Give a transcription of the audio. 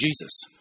Jesus